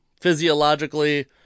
physiologically